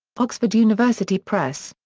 oxford university press.